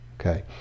Okay